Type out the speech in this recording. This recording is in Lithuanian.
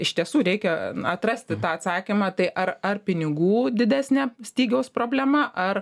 iš tiesų reikia atrasti tą atsakymą tai ar ar pinigų didesnė stygiaus problema ar